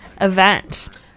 event